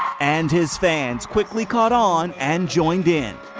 and his fans quickly caught on and joined in.